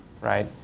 right